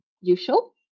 usual